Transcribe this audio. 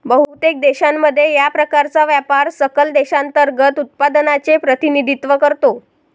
बहुतेक देशांमध्ये, या प्रकारचा व्यापार सकल देशांतर्गत उत्पादनाचे प्रतिनिधित्व करतो